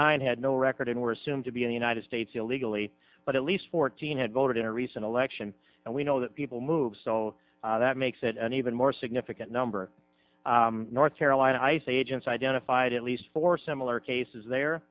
nine had no record and were assumed to be in the united states illegally but at least fourteen had voted in a recent election and and we know that people move so that makes it an even more significant number north carolina ice agents identified at least four similar cases there